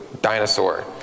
dinosaur